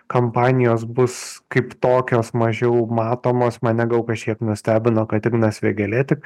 kampanijos bus kaip tokios mažiau matomos mane gal kažkiek nustebino kad ignas vėgėlė tik